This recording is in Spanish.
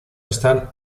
están